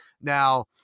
Now